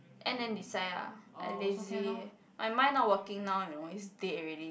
end then decide lah I lazy my mind not working noe you know it's dead already